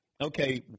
okay